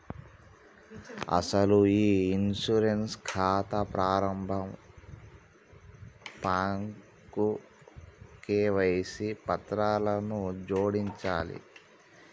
అసలు ఈ ఇన్సూరెన్స్ ఖాతా ప్రారంభ ఫాంకు కేవైసీ పత్రాలను జోడించాలి